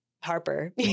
Harper